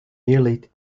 nearly